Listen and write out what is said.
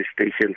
Station